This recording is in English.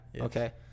Okay